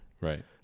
Right